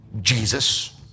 Jesus